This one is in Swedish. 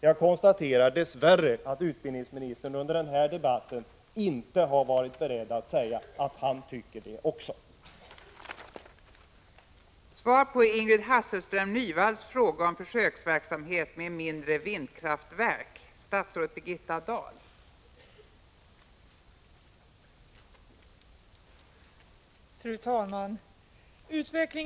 Jag för min del konstaterar att utbildningsministern dess värre under den här debatten inte har varit beredd att säga att han också tycker det.